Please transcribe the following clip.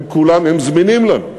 הם כולם זמינים לנו,